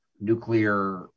nuclear